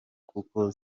kuko